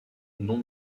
non